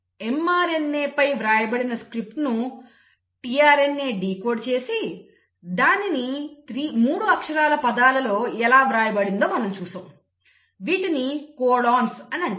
mRNA mRNAపై వ్రాయబడిన స్క్రిప్ట్ను tRNA డీకోడ్ చేసి దానిని 3 అక్షరాల పదాలలో ఎలా వ్రాయబడిందో మనం చూశాము వీటిని కోడాన్లు అని అంటారు